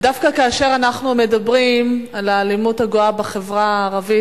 דווקא כאשר אנחנו מדברים על האלימות הגואה בחברה הערבית,